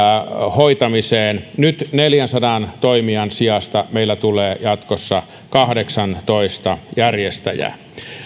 hoitamiseen nyt neljänsadan toimijan sijasta meillä tulee jatkossa kahdeksantoista järjestäjää